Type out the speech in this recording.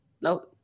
nope